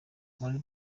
muri